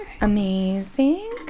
Amazing